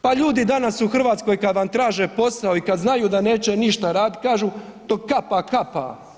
Pa ljudi danas u Hrvatskoj kad vam traže posao i kad znaju da neće ništa raditi kažu dok kapa, kapa.